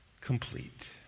complete